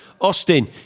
Austin